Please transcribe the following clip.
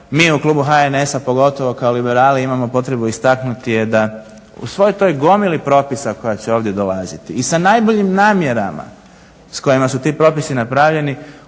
mi u klubu HNS-a pogotovo kao liberali imamo potrebu istaknuti je da u svoj toj gomili propisa koja će ovdje dolaziti i sa najboljim namjerama s kojima su ti propisi napravljeni,